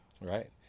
Right